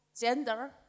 gender